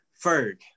Ferg